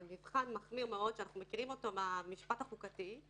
זה מבחן מחמיר מאוד, שאנחנו מכירים מהמשפט החוקתי.